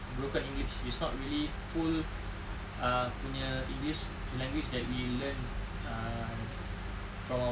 broken english it's not really full uh punya english the language that we learn um from our